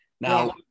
Now